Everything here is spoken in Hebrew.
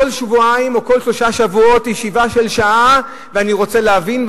כל שבועיים או כל שלושה שבועות ישיבה של שעה: אני רוצה להבין,